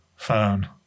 Phone